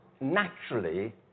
naturally